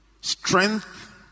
strength